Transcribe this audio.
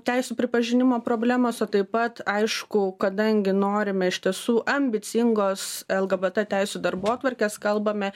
teisių pripažinimo problemos o taip pat aišku kadangi norim iš tiesų ambicingos lgbt teisių darbotvarkės kalbame